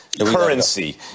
currency